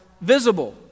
visible